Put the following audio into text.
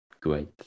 Great